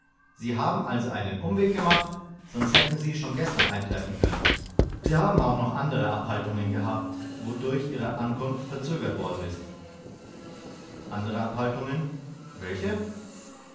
sie haben also einen umweg gemacht sonst hätten sie schon gestern eintreffen können sie haben auch noch andere abhaltungen gehabt durch welche ihre ankunft verzögert worden ist andere abhaltungen welche